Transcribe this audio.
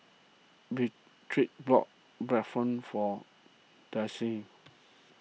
Beatrix bought Bratwurst for